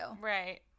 Right